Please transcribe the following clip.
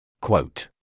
Quote